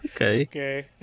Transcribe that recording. Okay